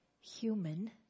human